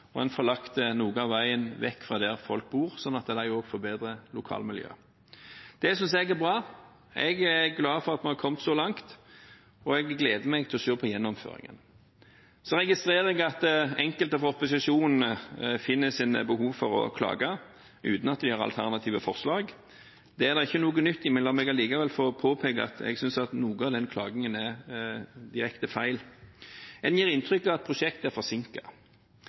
lagt noe av veien vekk fra der folk bor, sånn at de også får bedre lokalmiljø. Det synes jeg er bra. Jeg er glad for at man har kommet så langt, og jeg gleder meg til å se gjennomføringen. Så registrerer jeg at enkelte fra opposisjonen finner sine behov for å klage, uten at de har alternative forslag. Det er ikke noe nytt. La meg likevel få påpeke at jeg synes at noe av den klagingen er direkte feil. En gir inntrykk av at prosjektet er